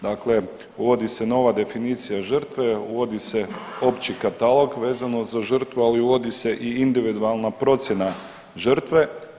Dakle uvodi se nova definicija žrtve, uvodi se opći katalog vezano za žrtve, ali uvodi se i individualna procjena žrtve.